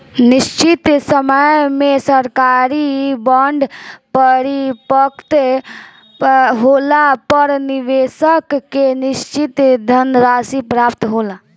निशचित समय में सरकारी बॉन्ड परिपक्व होला पर निबेसक के निसचित धनराशि प्राप्त होला